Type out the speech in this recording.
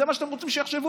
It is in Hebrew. זה מה שאתם רוצים שיחשבו.